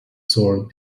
soured